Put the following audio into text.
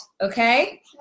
okay